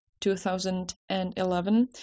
2011